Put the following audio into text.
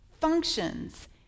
functions